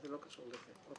זה לא קשור לזה.